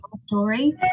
story